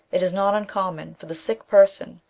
it is not uncommon for the sick person,